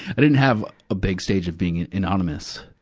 i didn't have a big stage of being anonymous.